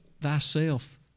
thyself